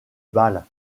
bâle